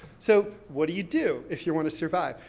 so what do you do, if you want to survive?